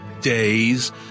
days